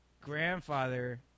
grandfather